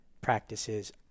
practices